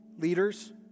leaders